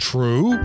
True